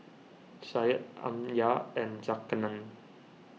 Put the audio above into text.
Syed Amsyar and Zulkarnain